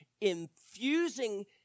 infusing